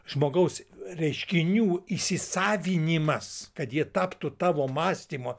žmogaus reiškinių įsisavinimas kad jie taptų tavo mąstymo